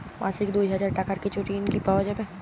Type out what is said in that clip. মাসিক দুই হাজার টাকার কিছু ঋণ কি পাওয়া যাবে?